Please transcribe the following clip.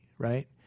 right